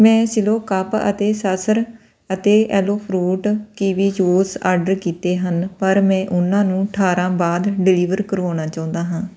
ਮੈਂ ਸਿਲੋ ਕੱਪ ਅਤੇ ਸਾਸਰ ਅਤੇ aloe fruit kiwi juice order ਕੀਤੇ ਹਨ ਪਰ ਮੈਂ ਉਹਨਾਂ ਨੂੰ ਅਠਾਰਾਂ ਬਾਅਦ ਡਿਲੀਵਰ ਕਰਵਾਉਣਾ ਚਾਹੁੰਦਾ ਹਾਂ